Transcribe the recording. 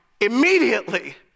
immediately